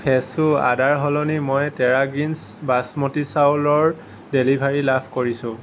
ফ্ৰেছো আদাৰ সলনি মই টেৰা গ্ৰীণছ বাছমতী চাউলৰ ডেলিভাৰী লাভ কৰিছো